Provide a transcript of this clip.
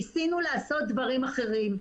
ניסינו לעשות דברים אחרים,